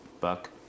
buck